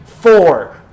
Four